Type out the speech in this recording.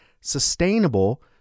sustainable